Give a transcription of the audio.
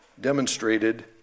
demonstrated